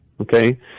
Okay